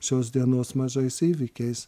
šios dienos mažais įvykiais